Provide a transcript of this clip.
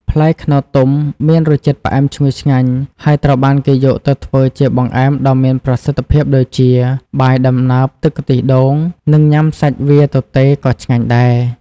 ផ្លែខ្នុរទុំមានរសជាតិផ្អែមឈ្ងុយឆ្ងាញ់ ហើយត្រូវបានគេយកទៅធ្វើជាបង្អែមដ៏មានប្រជាប្រិយភាពដូចជា បាយដំណើបទឹកខ្ទិះដូងនិង ញុំាសាច់វាទទេក៏ឆ្ងាញ់ដែរ។